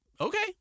okay